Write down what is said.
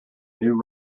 new